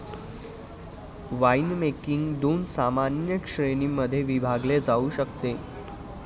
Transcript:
winemaking दोन सामान्य श्रेणीं मध्ये विभागले जाऊ शकते